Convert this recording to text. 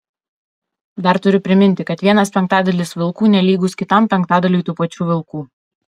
dar turiu priminti kad vienas penktadalis vilkų nelygus kitam penktadaliui tų pačių vilkų